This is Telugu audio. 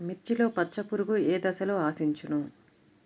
మిర్చిలో పచ్చ పురుగు ఏ దశలో ఆశించును?